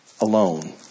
alone